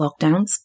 lockdowns